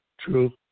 True